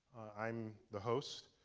i'm the host.